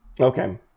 okay